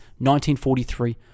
1943